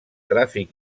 tràfic